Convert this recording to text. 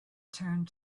turned